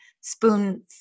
spoon